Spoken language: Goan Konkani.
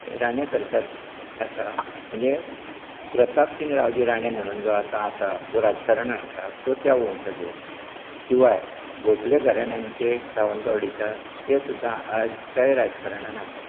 राणे सरकार आसा म्हणजे प्रताप सींग राव जी राणे म्हणून जो आतां आसा जो राजकारणान आसा तो त्या वंवशाचो शिवाय भोसले घराण्यांनचे सावंतवाडीच्या ते सुद्दां आयच्या राजकारणान आसात